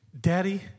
Daddy